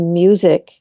music